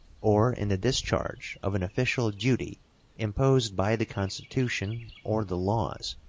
or in the discharge of an official duty imposed by the constitution or the laws,